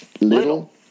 Little